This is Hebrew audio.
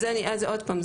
אז עוד פעם,